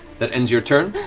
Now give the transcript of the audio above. that ends your turn.